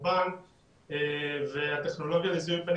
למילה הזאת.